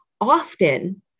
often